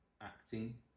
acting